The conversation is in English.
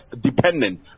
dependent